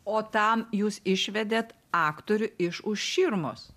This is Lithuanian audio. o tam jūs išvedėt aktorių iš už širmos